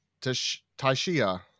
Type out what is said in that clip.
Taishia